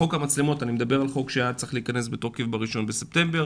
אני מדבר על חוק שהיה צריך להכנס לתוקף ב-1 לספטמבר.